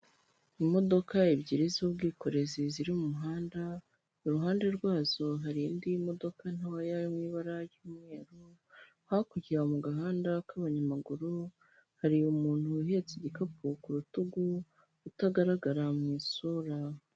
Imodoka ebyiri z'ubwikorezi ziri mu muhanda, iruhande rwazo hari indi modoka ntoya yo mu ibara ry'umweru, hakurya mu gahanda k'abanyamaguru hari umuntu uhetse igikapu ku rutugu, utagaragara mu isura.